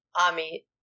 Ami